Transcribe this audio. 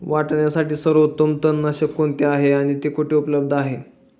वाटाण्यासाठी सर्वोत्तम तणनाशक कोणते आहे आणि ते कुठे उपलब्ध आहे?